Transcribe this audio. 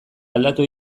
aldatu